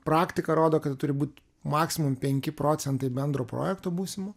praktika rodo kad turi būt maksimum penki procentai bendro projekto būsimo